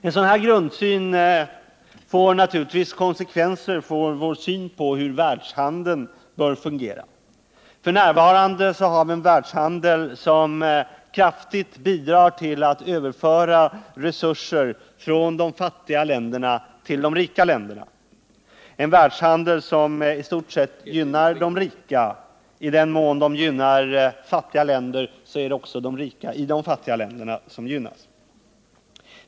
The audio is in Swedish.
En sådan här grundsyn får naturligtvis konsekvenser för vår syn på hur världshandeln bör fungera. F. n. har vi en världshandel som faktiskt bidrar till att överföra resurser från de fattiga länderna till de rika länderna, en världshandel som i stort sett gynnar de rika. I den mån den gynnar fattiga länder är det de rika i de fattiga länderna som gynnas.